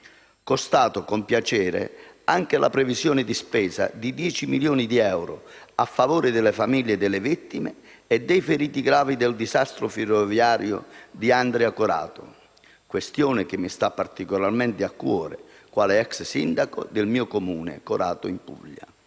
Constato con piacere anche la previsione di spesa di 10 milioni di euro a favore delle famiglie delle vittime e dei feriti gravi del disastro ferroviario di Andria-Corato, questione che mi sta particolarmente a cuore, quale *ex* sindaco del mio Comune, Corato in Puglia.